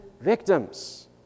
victims